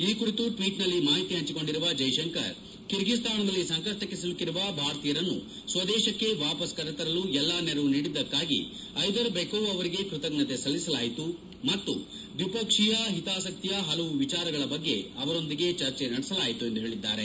ಈ ಕುರಿತು ಟೀಟ್ನಲ್ಲಿ ಮಾಹಿತಿ ಹಂಚಿಕೊಂಡಿರುವ ಜೈಶಂಕರ್ ಕರ್ಗೀಸ್ತಾನದಲ್ಲಿ ಸಂಕಷ್ಟಕ್ಕೆ ಸಿಲುಕಿರುವ ಭಾರತೀಯರನ್ನು ಸ್ವದೇಶಕ್ಕೆ ವಾಪಸ್ ಕರೆತರಲು ಎಲ್ಲ ನೆರವು ನೀಡಿದ್ದಕ್ಕಾಗಿ ಐದರ್ ಬೆಕೋವ್ ಅವರಿಗೆ ಕೃತಜ್ಞತೆ ಸಲ್ಲಿಸಲಾಯಿತು ಮತ್ತು ದ್ವಿಪಕ್ಷೀಯ ಪ್ರಾದೇಶಿಕ ಹಿತಾಸಕ್ತಿಯ ಹಲವು ವಿಚಾರಗಳ ಬಗ್ಗೆ ಅವರೊಂದಿಗೆ ಚರ್ಚೆ ನಡೆಸಲಾಯಿತು ಎಂದು ಹೇಳಿದ್ದಾರೆ